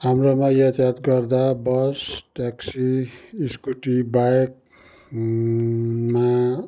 हाम्रोमा यातायात गर्दा बस ट्याक्सी स्कुटी बाइक मा